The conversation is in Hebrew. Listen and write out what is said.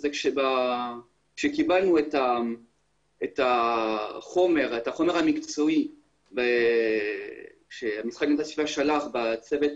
כאשר קיבלנו את החומר המקצועי שהמשרד להגנת הסביבה שלח בצוות